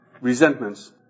resentments